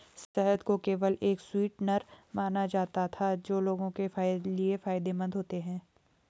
शहद को केवल एक स्वीटनर माना जाता था जो लोगों के लिए फायदेमंद होते हैं